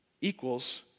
equals